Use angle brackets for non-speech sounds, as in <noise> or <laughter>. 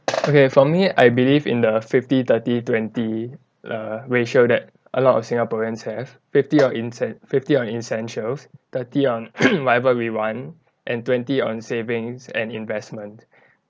okay for me I believe in the fifty thirty twenty err ratio that a lot of singaporeans have fifty on essen~ fifty on essentials thirty on <coughs> whatever we want and twenty on savings and investment